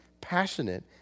passionate